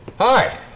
Hi